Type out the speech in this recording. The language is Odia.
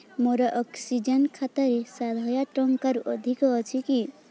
ମୋର ଅକ୍ସିଜେନ୍ ଖାତାରେ ସାତହଜାର ଟଙ୍କାରୁ ଅଧିକ ଅଛି କି